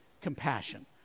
compassion